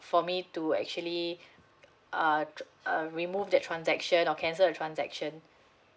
for me to actually uh uh remove the transaction or cancel the transaction